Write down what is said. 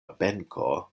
benko